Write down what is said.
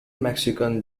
mexican